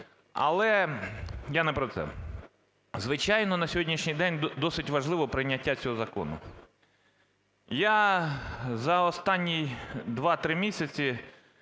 Але я не про це. Звичайно, на сьогоднішній день досить важливо прийняття цього закону. Я за останні 2-3 місяці